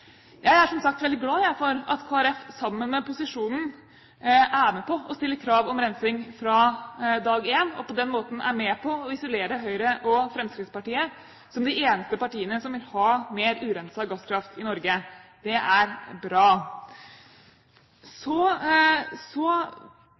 Jeg er, som sagt, veldig glad for at Kristelig Folkeparti sammen med posisjonen er med på å stille krav om rensing fra dag én, og på den måten er med på å isolere Høyre og Fremskrittspartiet som de eneste partiene som vil ha mer urenset gasskraft i Norge. Det er bra.